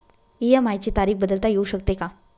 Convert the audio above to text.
EMI ची तारीख बदलता येऊ शकते का?